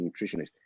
nutritionist